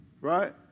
Right